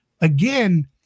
again